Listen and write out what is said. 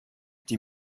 die